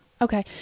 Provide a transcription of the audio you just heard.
Okay